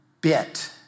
bit